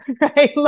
right